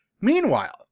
Meanwhile